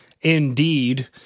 Indeed